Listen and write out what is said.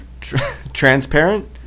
Transparent